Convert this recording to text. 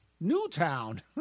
Newtown